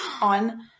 on